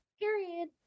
period